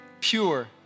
pure